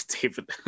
David